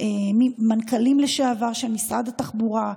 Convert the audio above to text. מנכ"לים לשעבר של משרד התחבורה,